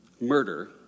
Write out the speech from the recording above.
murder